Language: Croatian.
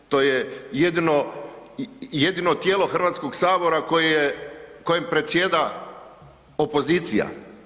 To je jedino tijelo Hrvatskog sabora kojem predsjeda opozicija.